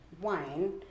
wine